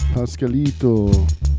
Pascalito